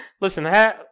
listen